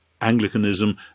Anglicanism